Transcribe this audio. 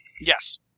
Yes